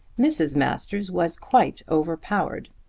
mrs. masters was quite overpowered.